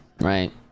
Right